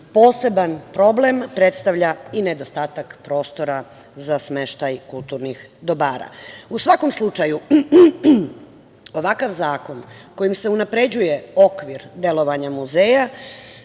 Poseban problem predstavlja i nedostatak prostora za smeštaj kulturnih dobara.U svakom slučaju, ovakav zakon kojim se unapređuje okvir delovanja muzeja